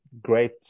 great